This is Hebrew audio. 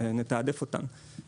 נתעדף אותן.